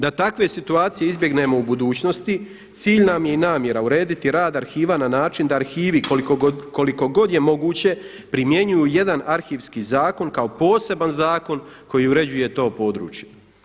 Da takve situacije izbjegnemo u budućnosti, cilj nam je i namjera urediti rad arhiva na način da arhivi koliko god je moguće primjenjuju jedan arhivski zakon kao poseban zakon koji uređuje to područje.